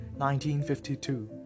1952